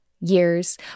years